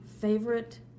favorite